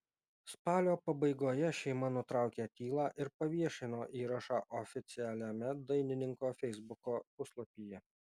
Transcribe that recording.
spalio pabaigoje šeima nutraukė tylą ir paviešino įrašą oficialiame dainininko feisbuko puslapyje